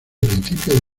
principio